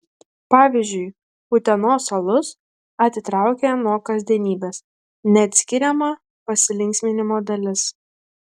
pavyzdžiui utenos alus atitraukia nuo kasdienybės neatskiriama pasilinksminimo dalis